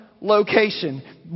location